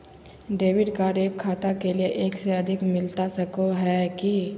Debit card एक खाता के लिए एक से अधिक मिलता सको है की?